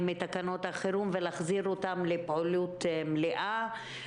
מתקנות החירום ולהחזיר אותם לפעילות מלאה.